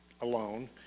alone